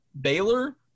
Baylor